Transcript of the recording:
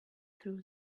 threw